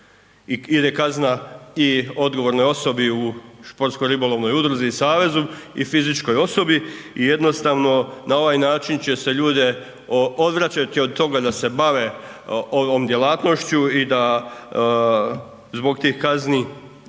ide kazna i odgovornoj osobi u športsko ribolovnoj udruzi i savezi i fizičkoj osobi i jednostavno na ovaj način će se ljude odvraćati od toga da se bave ovom djelatnošću i da zbog tih kazni